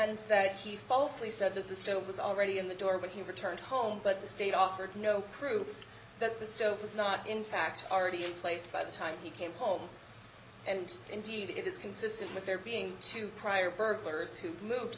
that he falsely said that the stove was already in the door when he returned home but the state offered no proof that the stove was not in fact already in place by the time he came home and indeed it is consistent with there being two prior burglars who move to